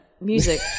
music